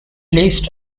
least